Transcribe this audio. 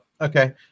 Okay